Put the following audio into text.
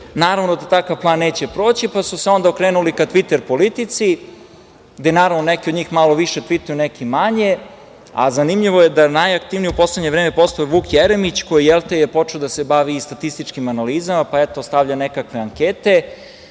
Naravno da takav plan neće proći, pa su se onda okrenuli ka Tviter politici gde, naravno, neki od njih malo više pitaju, neki manje, a zanimljivo je da je najaktivniji postao Vuk Jeremić koji je počeo da se bavi i statističkim analizama, pa eto stavlja nekakve ankete